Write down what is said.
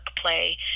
play